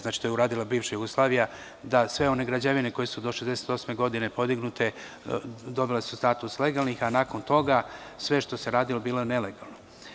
Znači, to je uradila bivša Jugoslavija, da sve one građevine koje su do 1968. godine podignute, dobile su status legalnih, a nakon toga sve što se radilo bilo je nelegalno.